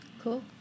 cool